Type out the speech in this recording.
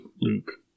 Luke